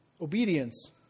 Obedience